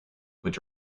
which